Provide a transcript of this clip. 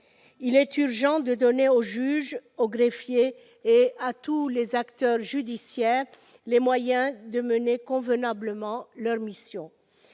Il est urgent de donner aux juges, aux greffiers et à tous les acteurs judiciaires les moyens de mener convenablement leurs missions.